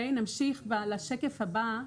אני עוברת לשקף הבא.